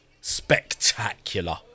spectacular